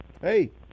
Hey